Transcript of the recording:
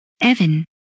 Evan